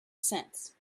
cents